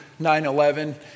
9-11